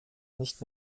nicht